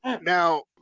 now